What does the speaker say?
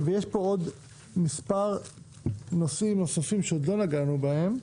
יש פה כמה נושאים נוספים שעוד לא נגענו בהם,